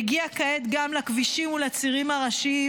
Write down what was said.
מגיע כעת גם לכבישים ולצירים הראשיים,